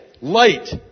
light